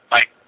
Bye